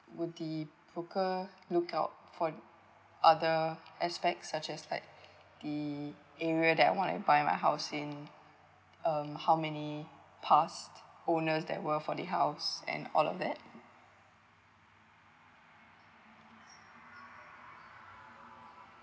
would the broker look out for other expect such as like the area that I want to buy my house in um how many past owners that were for the house and all of that